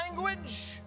language